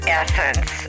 essence